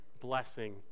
blessing